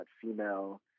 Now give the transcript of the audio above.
female